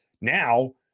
now